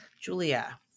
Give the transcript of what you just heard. Julia